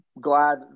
glad